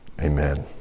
Amen